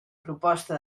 proposta